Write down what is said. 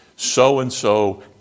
so-and-so